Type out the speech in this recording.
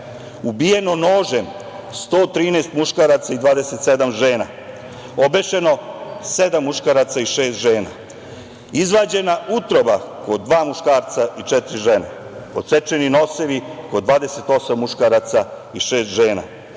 Ubijeno nožem 113 muškaraca i 27 žena. Obešeno sedam muškaraca i šest žena. Izvađena utroba kod dva muškarca i četiri žene. Odsečeni nosevi kod 28 muškaraca i šest žena.